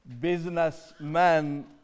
businessman